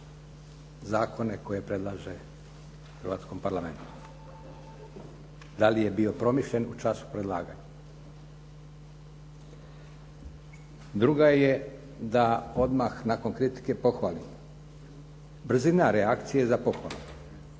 zakone koje predlaže hrvatskom Parlamentu. Da li je bio promišljen u času predlaganja? Druga je da odmah nakon kritike pohvalim. Brzina reakcije za pohvalu.